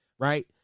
Right